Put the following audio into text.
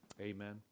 Amen